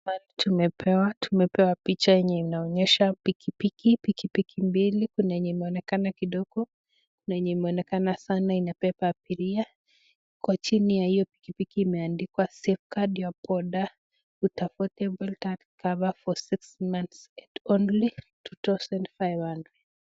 Tumepewa picha yenye inaonyesha pikipiki, pikipiki mbili, kuna yenye imeonekana kidogo, kuna yenye imeonekana sana inabeba abiria, chini ya hiyo pikipiki imeandikwa safeguard your boda with affordable third party cover for 6 months at only Ksh 2,500 .